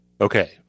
Okay